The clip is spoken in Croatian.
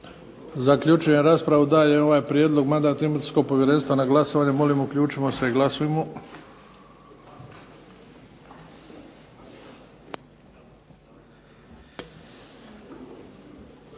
Zaključujem raspravu. Dajem ovaj prijedlog Mandatno-imunitetnog povjerenstva na glasovanje. Molim uključimo se i glasujmo.